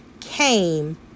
came